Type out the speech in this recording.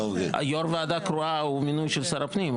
יו"ר ועדה קרואה הוא מינוי של שר הפנים,